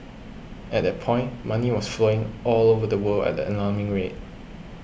at that point money was flowing all over the world at an alarming rate